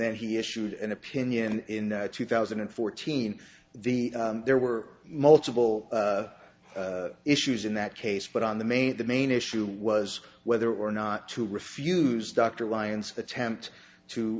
then he issued an opinion in two thousand and fourteen the there were multiple issues in that case but on the main the main issue was whether or not to refuse dr lyons attempt to